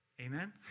amen